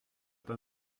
pas